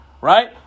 right